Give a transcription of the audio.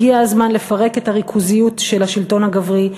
הגיע הזמן לפרק את הריכוזיות של השלטון הגברי,